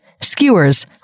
skewers